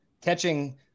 catching